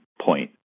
point